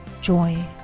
joy